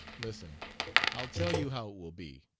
listen i'll tell you how it will be.